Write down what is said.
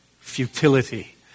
futility